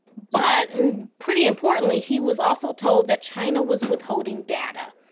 but and pretty importantly he was also told that china was withholding data,